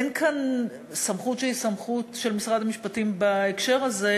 אין כאן סמכות שהיא סמכות של משרד המשפטים בהקשר הזה,